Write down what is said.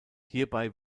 hierbei